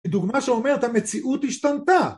דוגמה שאומרת המציאות השתנתה